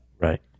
Right